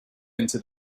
into